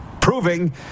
proving